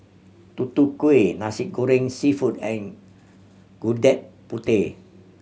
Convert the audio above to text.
Tutu Kueh Nasi Goreng Seafood and Gudeg Putih